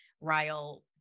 Ryle